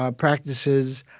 ah practices,